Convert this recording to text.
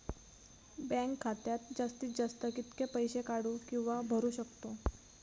Bank खात्यात जास्तीत जास्त कितके पैसे काढू किव्हा भरू शकतो?